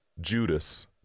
Judas